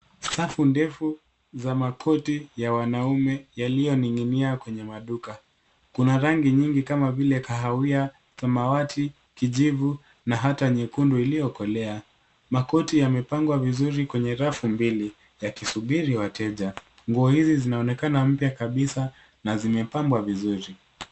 Safu ndefu za makoti ya wanaume yaliyoning'inia kwenye maduka. Kuna rangi nyingi kama vile kahawia, samawati, kijivu na hata nyekundu iliyokolea. Makoti yamepangwa vizuri kwenye rafu mbili yakisubiri wateja. Nguo hizi zinaonekana mpya kabisa na zimepambwa vizuri.